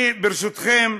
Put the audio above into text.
אני, ברשותכם,